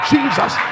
Jesus